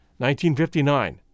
1959